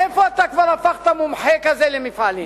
מאיפה אתה כבר הפכת מומחה כזה למפעלים?